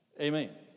Amen